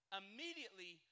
immediately